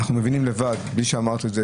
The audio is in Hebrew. אנחנו מבינים לבד בלי שאמרת את זה,